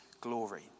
glory